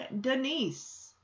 Denise